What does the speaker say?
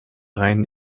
reinen